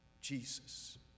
Jesus